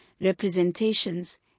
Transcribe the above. representations